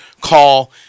call